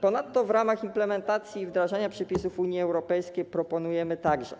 Ponadto w ramach implementacji, wdrażania przepisów Unii Europejskiej proponujemy także: